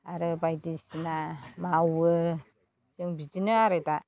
आरो बायदिसिना मावो जों बिदिनो आरो दा